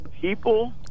people